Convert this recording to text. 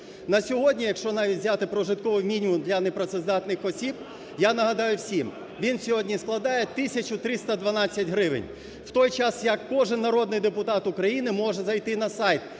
На сьогодні, якщо навіть взяти прожитковий мінімум для непрацездатних осіб, я нагадаю всім, він сьогодні складає тисячу 312 гривень. В той час як кожен народний депутат України може зайти на сайт